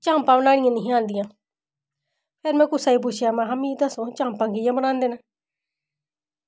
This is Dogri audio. चाम्पां बनाना नेईं ही आंदियां फिर में कुसै गी पुच्छेआ में हा मिगी दस्सो आं चाम्पां कि'यां बनांदे न